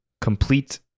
complete